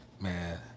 Man